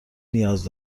نیاز